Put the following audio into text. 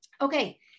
Okay